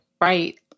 right